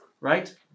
right